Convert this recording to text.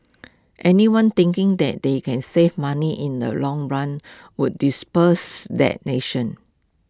anyone thinking that they can save money in the long run would dispels that nation